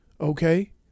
okay